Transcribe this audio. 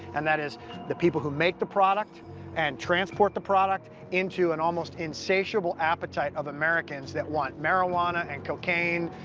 and that is the people who make the product and transport the product into an and almost insatiable appetite of americans that want marijuana and cocaine,